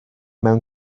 mewn